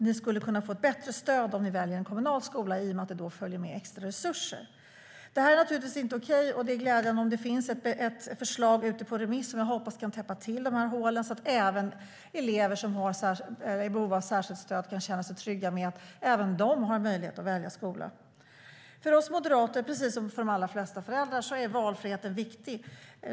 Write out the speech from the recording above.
Ni skulle kunna få ett bättre stöd om ni väljer en kommunal skola i och med att det då följer med extra resurser. Detta är naturligtvis inte okej. Det är glädjande om det finns ett förslag ute på remiss som kan täppa till de här hålen, så att även elever som är i behov av särskilt stöd kan känna sig trygga med att de har en möjlighet att välja skola. För oss moderater, precis som för de allra flesta föräldrar, är valfriheten viktig.